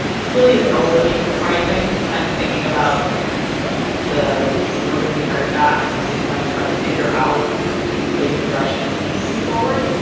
which really isn't overly surprising kind of thinking about the people who are going to be hired back as companies, kind of try to figure out the labor that they're actually gonna need moving forward.